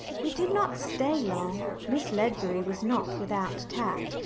we did not stay long. miss ledbury was not without tact,